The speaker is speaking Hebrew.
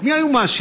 את מי היו מאשימים?